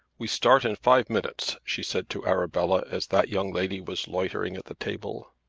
we start in five minutes, she said to arabella as that young lady was loitering at the table.